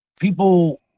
People